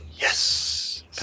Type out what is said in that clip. Yes